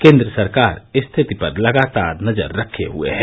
केंद्र सरकार स्थिति पर लगातार नजर रखे हुए है